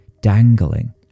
Dangling